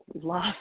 love